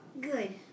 Good